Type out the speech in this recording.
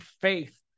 faith